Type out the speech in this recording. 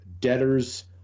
Debtors